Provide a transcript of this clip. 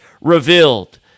revealed